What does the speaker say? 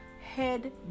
head